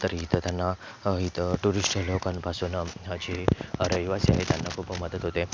तर इथं त्यांना इथं टुरिष्ट लोकांपासून जी रहिवासी आहेत त्यांना खूप मदत होते